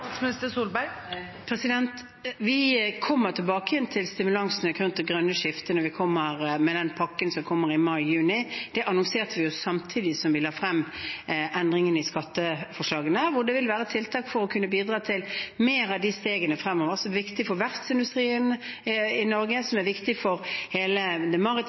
Vi kommer tilbake igjen til stimulansene knyttet til det grønne skiftet i den pakken som kommer i mai/juni. Det annonserte vi samtidig som vi la frem endringene i skatteforslagene, hvor det vil være tiltak for å kunne bidra til flere av de stegene fremover som er viktige for verftsindustrien i Norge, og som er viktige for hele den maritime